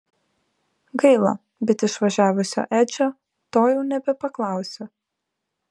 gaila bet išvažiavusio edžio to jau nebepaklausiu